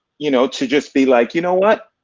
you know, to just be like, you know what,